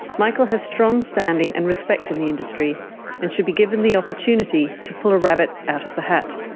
michael has strong standing and respect in the industry and should be given the opportunity to pull a rabbit out of the hat.